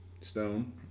stone